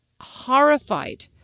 horrified